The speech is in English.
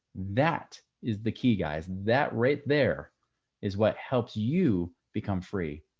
that is the key guys that right there is what helps you become free.